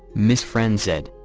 ms. friend said.